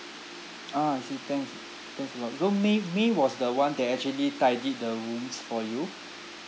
ah I see thanks thanks a lot so may may was the one that actually tidied the rooms for you